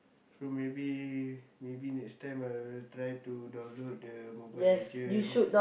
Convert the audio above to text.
so maybe maybe next time I'll try to download the Mobile-Legend